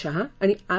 शहा आणि आर